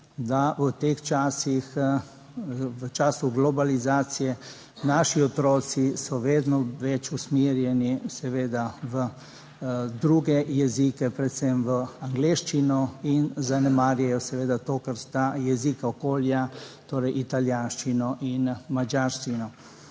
da v teh časih, v času globalizacije naši otroci so vedno več usmerjeni seveda v druge jezike, predvsem v angleščino in zanemarjajo seveda to, kar sta jezika okolja, torej italijanščino in madžarščino,